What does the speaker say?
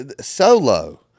Solo